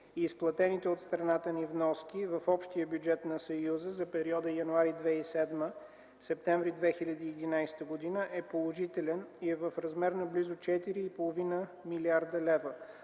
изплатените от страната ни вноски в общия бюджет на Съюза за периода януари 2007 – септември 2011 г. е положителен и е в размер на близо 4,5 млрд. лв.